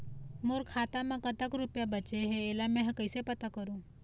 मोर खाता म कतक रुपया बांचे हे, इला मैं हर कैसे पता करों?